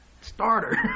starter